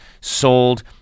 sold